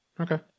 Okay